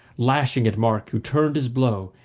lashing at mark, who turned his blow,